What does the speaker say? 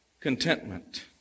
Contentment